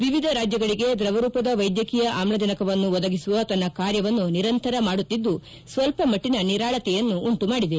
ವಿವಿಧ ರಾಜ್ಯಗಳಿಗೆ ದ್ರವರೂಪದ ವೈದ್ಯಕೀಯ ಆಮ್ಲಜನಕವನ್ನು ಒದಗಿಸುವ ತನ್ನ ಕಾರ್ಯವನ್ನು ನಿರಂತರ ಮಾಡುತ್ತಿದ್ದು ಸ್ವಲ್ಪ ಮಟ್ಟಿನ ನಿರಾಳತೆಯನ್ನು ಉಂಟುಮಾಡಿದೆ